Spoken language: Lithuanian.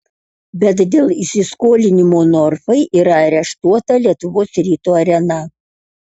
bet dėl įsiskolinimų norfai yra areštuota lietuvos ryto arena